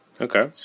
Okay